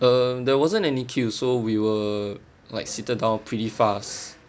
uh there wasn't any queue so we were like seated down pretty fast